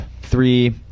three